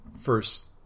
first